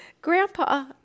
Grandpa